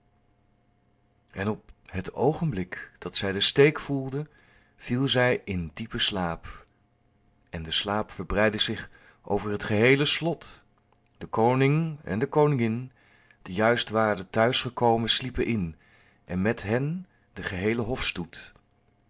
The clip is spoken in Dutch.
op het oogenblik dat zij den steek voelde viel zij in diepen slaap en de slaap verbreidde zich over het geheele slot de koning en de koningin die juist waren thuis gekomen sliepen in en met hen de geheele hofstoet